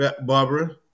Barbara